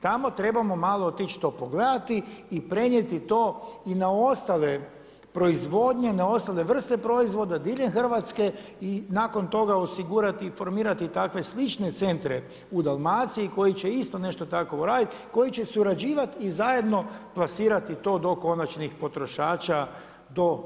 Tamo trebamo malo otići to pogledati i prenijeti to i na ostale proizvodnje, na ostale vrste proizvoda diljem Hrvatske i nakon toga osigurati i formirati takve slične centre u Dalmaciji koji će isto nešto tako uraditi, koji će surađivati i zajedno plasirati to do konačnih potrošača, do turista.